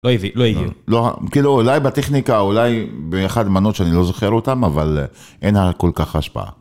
לא הביא, לא הגיעו.. לא כאילו אולי בטכניקה אולי באחת המנות שאני לא זוכר אותם אבל אין על כל כך השפעה.